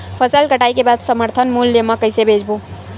फसल कटाई के बाद समर्थन मूल्य मा कइसे बेचबो?